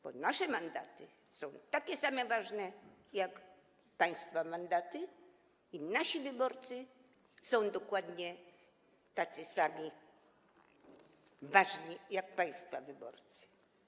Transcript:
Bo nasze mandaty są tak samo ważne, jak państwa mandaty, i nasi wyborcy są dokładnie tak samo ważni, jak państwa wyborcy.